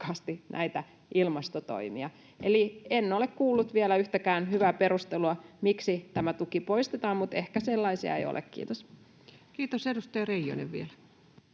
näitä ilmastotoimia. Eli en ole kuullut vielä yhtäkään hyvää perustelua, miksi tämä tuki poistetaan, mutta ehkä sellaisia ei ole. — Kiitos. Kiitos. — Edustaja Reijonen vielä.